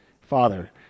Father